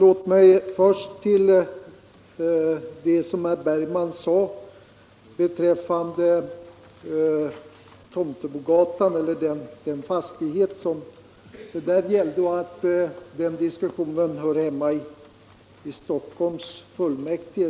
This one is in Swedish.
Herr talman! Herr Bergman sade beträffande den aktuella fastigheten vid Tomtebogatan att den diskussionen hör hemma i Stockholms kommunfullmäktige.